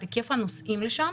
את היקף הנוסעים לשם,